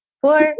four